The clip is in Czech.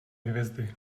hvězdy